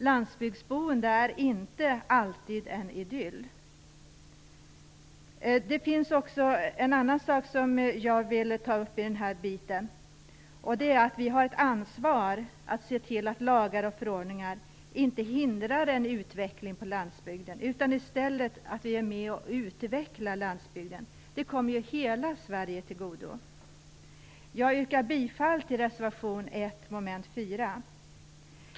Landsbygdsboende är inte alltid en idyll. En annan sak som jag vill ta upp är att vi har ett ansvar att se till att lagar och förordningar inte hindrar en utveckling på landsbygden. I stället måste vi vara med och utveckla landsbygden. Det kommer hela Sverige till godo. Jag yrkar bifall till reservation nr 1, moment 4.